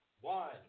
one